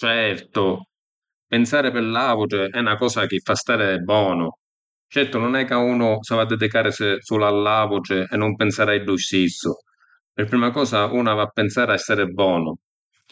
Certu! pinsari pi l’autri è na cosa chi fa stari bonu. Certu nun è ca unu s’havi a dedicarisi sulu a l’autri e nun pinsari a iddu stissu. Pi prima cosa unu havi a pinsari a stari bonu.